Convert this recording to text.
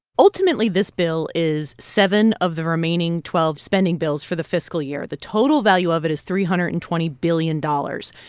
ultimately, this bill is seven of the remaining twelve spending bills for the fiscal year. the total value of it is three hundred and twenty billion dollars.